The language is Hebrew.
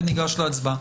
וניגש להצבעה.